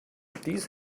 these